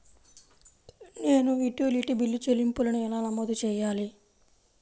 నేను utility bill చెల్లింపులను ఎలా నమోదు చేయాలి?